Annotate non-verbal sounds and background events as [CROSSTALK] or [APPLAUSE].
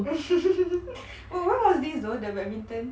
[LAUGHS] wh~ what was this though the badminton